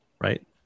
Right